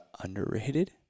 Underrated